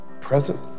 present